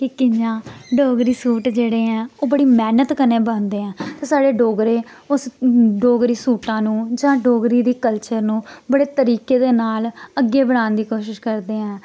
कियां डोगरी सूट जेह्ड़े ऐं ओह् बड़ी मैह्नत कन्नै बनदे ऐं ते साढ़े डोगरे उस डोगरी सूटां नू जां डोगरी दी कलचर नू बड़े तरीके दे नाल अग्गे बड़ान दी कोशश करदे ऐ